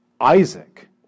Isaac